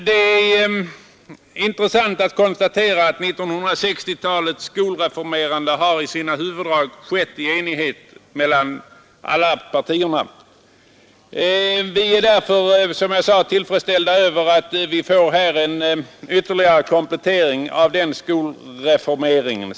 Det är även intressant att konstatera att 1960-talets skolreformerande i sina huvuddrag har skett i enighet mellan alla partier. Vi är därför tillfredsställda över att vi här får en ytterligare komplettering av den skolreformeringen.